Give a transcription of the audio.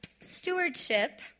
stewardship